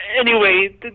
Anyway-